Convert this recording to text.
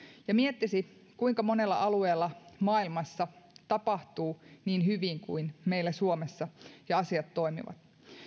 ja miettisi kuinka monella alueella maailmassa tapahtuu niin hyvin kuin meillä suomessa ja niin että asiat toimivat